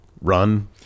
run